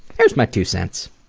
there's my two cents!